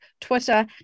Twitter